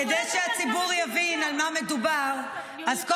אולי תסבירי מה את עושה בחו"ל כל הזמן?